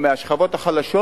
או מהשכבות החלשות,